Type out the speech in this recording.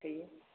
थोयो